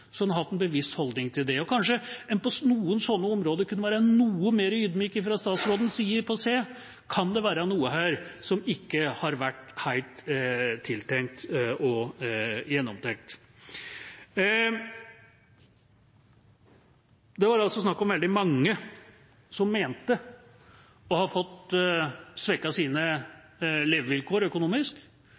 har hatt en bevisst holdning til det. Og kanskje en på noen sånne områder kunne være noe mer ydmyk fra statsrådens side på å se: Kan det være noe her som ikke har vært helt tiltenkt og gjennomtenkt? Det var også snakk om veldig mange som mente å ha fått svekket sine levekår økonomisk.